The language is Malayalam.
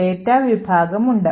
data വിഭാഗം ഉണ്ട്